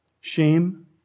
shame